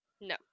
No